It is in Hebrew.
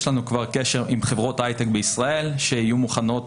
יש לנו כבר קשר עם חברות הייטק בישראל שיהיו מוכנות